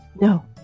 no